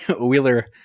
Wheeler